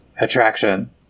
attraction